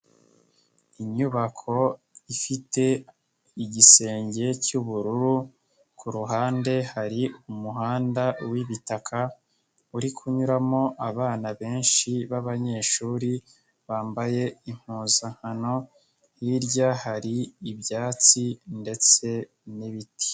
Inyubako ifite igisenge cy'ubururu, ku ruhande hari umuhanda w'ibitaka, uri kunyuramo abana benshi b'abanyeshuri, bambaye impuzankano, hirya hari ibyatsi ndetse n'ibiti.